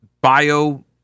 Bio